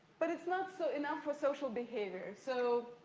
but it's not so enough for social behavior. so,